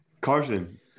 Carson